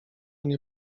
nie